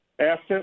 asset